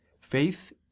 faith